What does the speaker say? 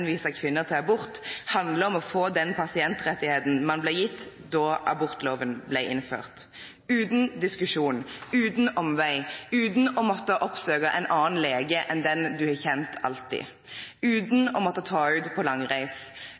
kvinner til abort handler om å få den pasientrettigheten man ble gitt da abortloven ble innført – uten diskusjon, uten omvei, uten å måtte oppsøke en annen lege enn den man har kjent alltid, uten å måtte ta ut på